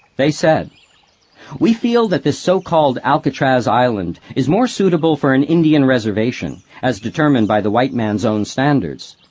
they said we feel that this so-called alcatraz island is more than suitable for an indian reservation, as determined by the white man's own standards.